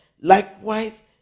Likewise